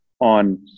on